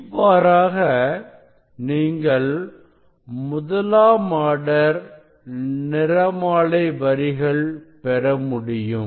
இவ்வாறாக நீங்கள் முதலாம் ஆர்டர் நிறமாலை வரிகள் பெறமுடியும்